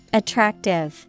attractive